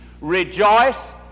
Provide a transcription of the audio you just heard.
rejoice